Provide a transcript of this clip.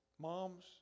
Moms